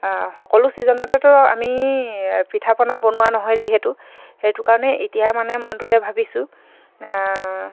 সকলো ছিজনতেতো আমি পিঠা পনা বনোৱা নহয় যিহেতু সেইটো কাৰণে এতিয়া মানে মনটোতে ভাবিছোঁ